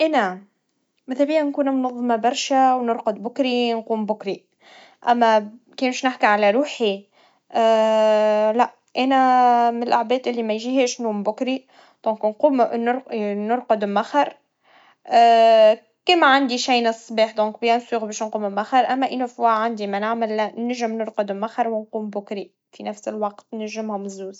إي نعم, ماذا بيا نكون منظما برشا, ونرقد بكري, ونقوم بكري, أما كانش نحكي على روحي, لا, أنا من العباد اللي ما يجيهمش نوم بكري, لذلك نقوم- نرق- نرقد مخر, كان ما عندي شي مالصباح بكل تأكيد نقوم مخر, أما اني مرات عندي ما نعمل, ننجم نرقد موخر, ونقوم بكري, في نفس الوقت ننجم همزوز.